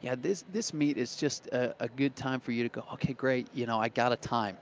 yeah, this this meet is just a good time for you to go, okay, great. you know. i got a time.